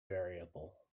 variable